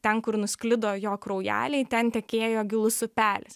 ten kur nusklido jo kraujeliai ten tekėjo gilus upelis